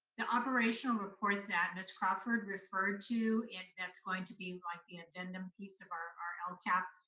the operational report that miss crawford referred to, and that's going to be like the addendum piece of our our lcap,